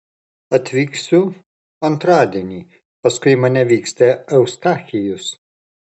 atvyksiu antradienį paskui mane vyksta eustachijus